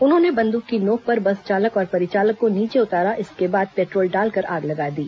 उन्होंने बंद्रक की नोंक पर बस चालक और परिचालक को नीचे उतारा इसके बाद पेट्रोल डालकर आग लगा दी